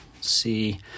See